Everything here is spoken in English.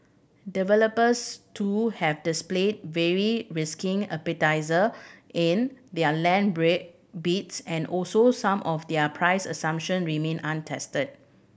developers too have displayed varying risking in their land bids and also some of their price assumption remain untested